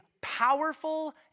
powerful